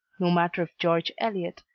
no matter if george eliot,